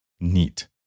Neat